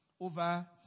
over